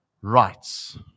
Rights